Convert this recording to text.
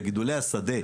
לגידולי השדה,